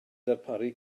darparu